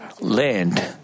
land